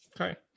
Okay